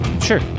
Sure